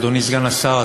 אדוני סגן השר,